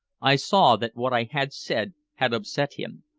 i saw that what i had said had upset him,